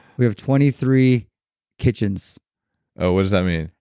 we have twenty three kitchens ah what does that mean?